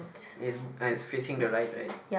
is and is like facing the right right